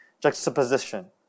juxtaposition